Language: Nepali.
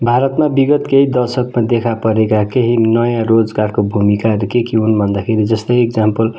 भारतमा विगत केही दशकमा देखा परेका केही नयाँ रोजगारको भूमिकाहरू के के हुन् भन्दाखेरि जस्तै एकजाम्पल